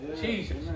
Jesus